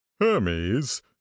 hermes